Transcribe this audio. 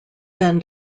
then